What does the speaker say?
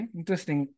Interesting